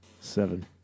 Seven